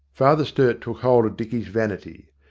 father sturt took hold of dicky's vanity.